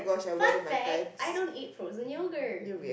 fun fact I don't eat frozen yoghurt